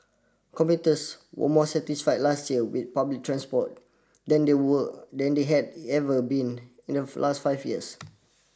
commuters were more satisfied last year with public transport than they were than they had ever been in the last five years